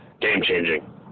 game-changing